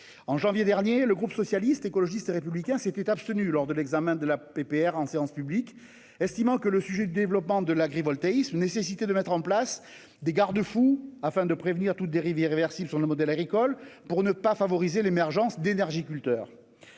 En janvier dernier, le groupe Socialiste, Écologiste et Républicain s'était abstenu lors de l'examen de la proposition de résolution sur le même thème en séance publique, estimant que le sujet du développement de l'agrivoltaïsme nécessitait de mettre en place « des garde-fous afin de prévenir toute dérive irréversible sur notre modèle agricole » et de ne pas favoriser l'émergence « d'énergieculteurs